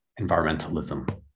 environmentalism